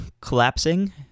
collapsing